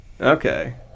Okay